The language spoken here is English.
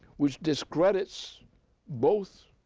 which discredits both